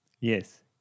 Yes